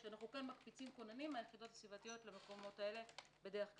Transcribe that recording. שאנחנו כן מקפיצים כוננים מהיחידות הסביבתיות למקומות האלה בדרך כלל.